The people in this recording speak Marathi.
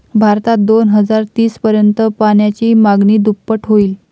भारतात दोन हजार तीस पर्यंत पाण्याची मागणी दुप्पट होईल